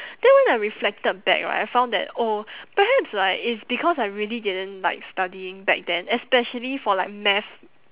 then when I reflected back right I found that oh perhaps like it's because I really didn't like studying back then especially for like math